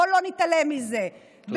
בואו לא נתעלם מזה, תודה.